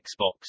Xbox